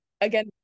again